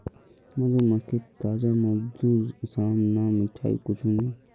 मधुमक्खीर ताजा मधुर साम न मिठाई कुछू नी